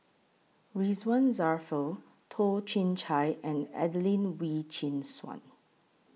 Ridzwan Dzafir Toh Chin Chye and Adelene Wee Chin Suan